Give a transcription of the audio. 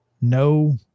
no